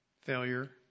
failure